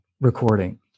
recording